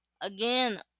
again